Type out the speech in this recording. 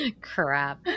Crap